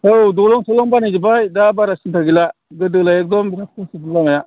औ दालां थालां बानायजोबबाय दा बारा सिनथा गैला गोदोलाय एकदम बेराद कस्त'मोन लामाया